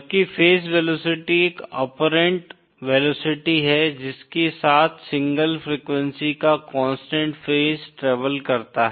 जबकि phase velocity एक apparent velocity है जिसके साथ सिंगल फ्रीक्वेंसी का कांस्टेंट फेज ट्रेवल करता है